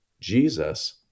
Jesus